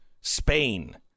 spain